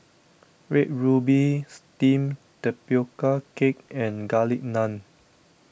Red Ruby Steamed Tapioca Cake and Garlic Naan